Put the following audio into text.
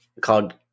called